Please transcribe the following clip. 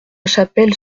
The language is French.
chapelle